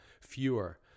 fewer